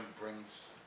brings